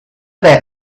that